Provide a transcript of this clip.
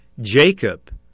Jacob